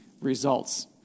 results